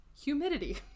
Humidity